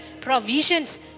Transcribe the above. provisions